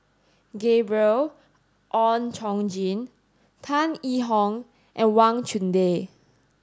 Gabriel Oon Chong Jin Tan Yee Hong and Wang Chunde